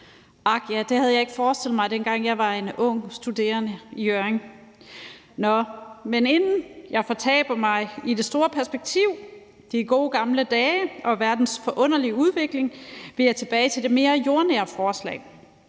Ak ja, det havde jeg ikke forestillet mig, dengang jeg var en ung studerende i Hjørring. Men inden jeg fortaber mig i det store perspektiv, de gode gamle dage og verdens forunderlige udvikling, vil jeg tilbage til det mere jordnære forslag.